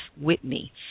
Whitney